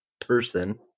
person